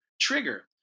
trigger